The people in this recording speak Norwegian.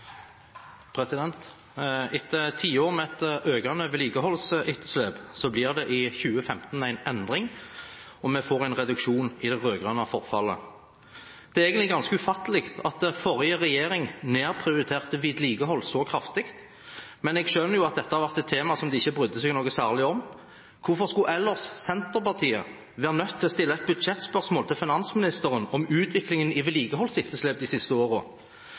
i 2015 en endring, og vi får en reduksjon i forfallet som skjedde under de rød-grønne. Det er egentlig ganske ufattelig at forrige regjering nedprioriterte vedlikehold så kraftig, men jeg skjønner at dette var et tema som de ikke brydde seg noe særlig om. Hvorfor skulle ellers Senterpartiet være nødt til å stille et budsjettspørsmål til finansministeren om utviklingen i vedlikeholdsetterslep de siste